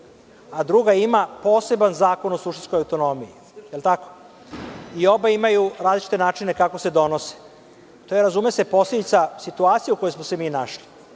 a druga ima poseban zakon o suštinskoj autonomiji. Obe imaju različite načine kako se donose. To je, razume se, posledica situacije u kojoj smo se našli.